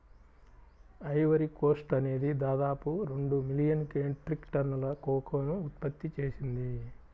Ivory Coast అనేది దాదాపు రెండు మిలియన్ మెట్రిక్ టన్నుల కోకోను ఉత్పత్తి చేసింది